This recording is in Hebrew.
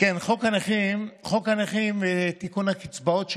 חוק הנכים ותיקון הקצבאות שלהם,